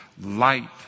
light